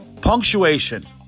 Punctuation